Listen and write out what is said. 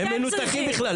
הם מנותקים בכלל.